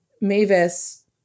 Mavis